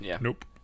Nope